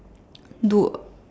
dude